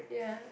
yeah